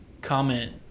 comment